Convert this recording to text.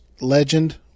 legend